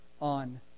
on